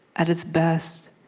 at its best,